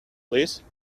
please